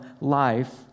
life